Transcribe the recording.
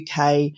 UK